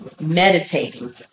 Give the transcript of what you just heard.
meditating